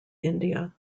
india